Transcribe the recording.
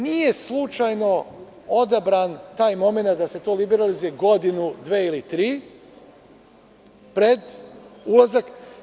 Nije slučajno odabran taj momenat da se to liberalizuje godinu, dve ili tri pred ulazak.